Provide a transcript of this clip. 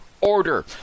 order